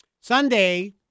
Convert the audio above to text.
Sunday